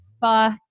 fuck